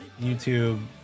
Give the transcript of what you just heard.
YouTube